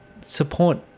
support